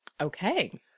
Okay